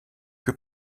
que